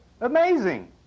amazing